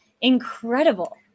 incredible